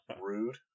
Rude